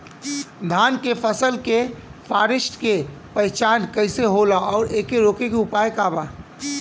धान के फसल के फारेस्ट के पहचान कइसे होला और एके रोके के उपाय का बा?